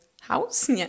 house